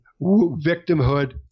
victimhood